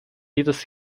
jedes